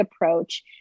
approach